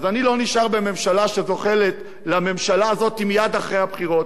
אז אני לא נשאר בממשלה שזוחלת לממשלה הזאת מייד אחרי הבחירות.